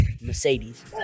Mercedes